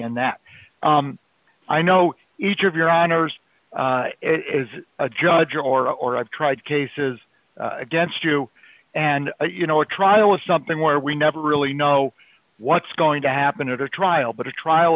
and that i know each of your honors is a judge or or i've tried cases against you and you know a trial is something where we never really know what's going to happen in a trial but a trial